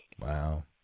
Wow